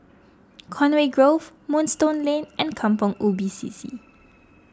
Conway Grove Moonstone Lane and Kampong Ubi C C